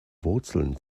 wurzeln